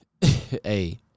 hey